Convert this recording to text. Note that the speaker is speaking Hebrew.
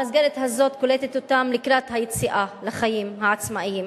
המסגרת הזאת קולטת אותן לקראת היציאה לחיים עצמאיים.